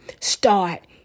start